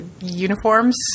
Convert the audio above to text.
uniforms